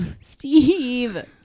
Steve